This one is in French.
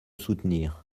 soutenir